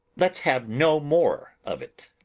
let's have no more of it!